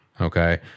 Okay